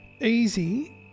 easy